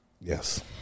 Yes